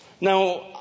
Now